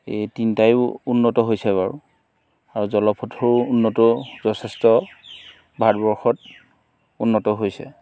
এই তিনিটায়ো উন্নত হৈছে বাৰু জলপথৰো উন্নত যথেষ্ট ভাৰতবৰ্ষত উন্নত হৈছে